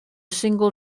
single